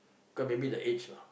cause maybe the age lah